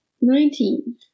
Nineteen